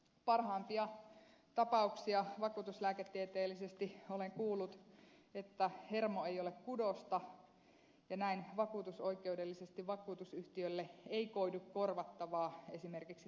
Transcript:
parhaimpia kuulemiani tapauksia vakuutuslääketieteellisesti on se että hermo ei ole kudosta ja näin vakuutusoikeudellisesti vakuutusyhtiölle ei koidu korvattavaa esimerkiksi työtapaturmassa